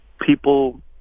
people